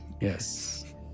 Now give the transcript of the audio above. yes